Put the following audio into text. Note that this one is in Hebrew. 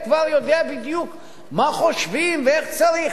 והוא כבר יודע בדיוק מה חושבים ואיך צריך.